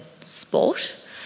sport